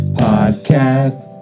podcast